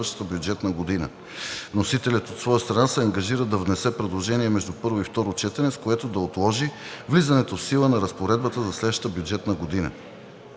бюджетна година. Вносителят, от своя страна, се ангажира да внесе предложение между първо и второ четене, с което да отложи влизането в сила на разпоредбата за следващата бюджетна година.